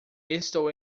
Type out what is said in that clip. estou